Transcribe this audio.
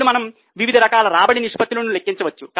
అప్పుడు మనము వివిధ రకాల రాబడి నిష్పత్తులను లెక్కించవచ్చు